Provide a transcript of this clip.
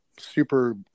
Super